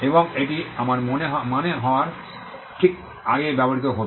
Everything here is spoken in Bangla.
এবং এটি আমার মানে হওয়ার ঠিক আগে ব্যবহৃত হত